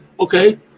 Okay